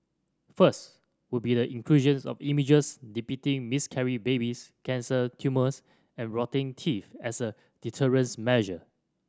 first would be the inclusions of images depicting miscarried babies cancer tumours and rotting teeth as a deterrent measure